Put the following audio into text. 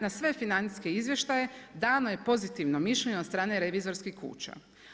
Na sve financijske izvještaje dano je pozitivno mišljenje od strane revizorskih kuća.